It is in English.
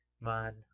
man